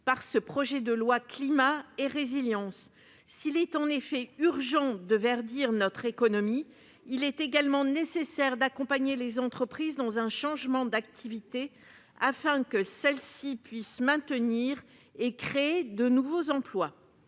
par ce projet de loi climat et résilience, s'il est en effet urgent de verdir notre économie, il est également nécessaire d'accompagner les entreprises dans un changement d'activité afin que celles-ci puissent maintenir et créer de nouveaux emplois,